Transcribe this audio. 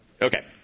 Okay